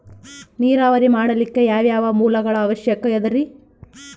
ನೇರಾವರಿ ಮಾಡಲಿಕ್ಕೆ ಯಾವ್ಯಾವ ಮೂಲಗಳ ಅವಶ್ಯಕ ಅದರಿ?